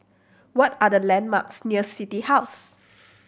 what are the landmarks near City House